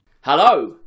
Hello